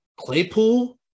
Claypool